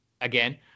again